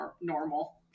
normal